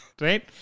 Right